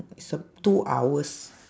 it's uh two hours